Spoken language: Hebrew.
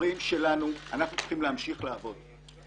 צריכים להמשיך לעבוד,